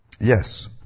Yes